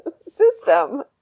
System